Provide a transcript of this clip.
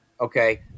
Okay